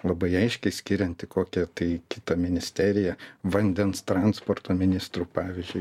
labai aiškiai skiriant į kokią tai kitą ministeriją vandens transporto ministru pavyzdžiui